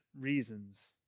reasons